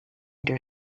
their